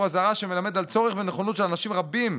אזהרה שמלמד על צורך ונכונות של אנשים רבים,